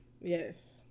Yes